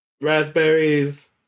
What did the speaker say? raspberries